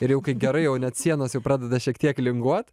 ir jau kai gerai jau net sienos jau pradeda šiek tiek linguot